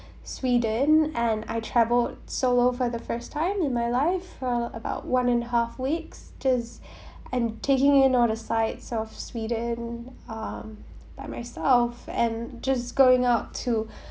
sweden and I travelled solo for the first time in my life for about one and a half weeks just and taking in all the sights of sweden um by myself and just going out to